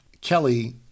Kelly